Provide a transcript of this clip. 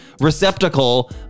receptacle